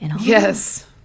Yes